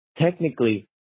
technically